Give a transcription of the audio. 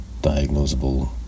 diagnosable